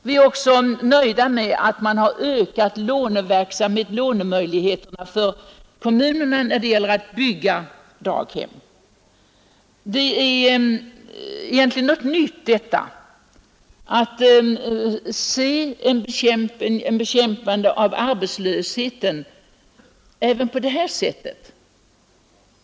Vi är också nöjda med att man har ökat lånemöjligheterna för kommunerna, när det gäller att bygga daghem. Det är egentligen något nytt detta, att ta sådana hänsyn vid ett bekämpande av arbetslösheten.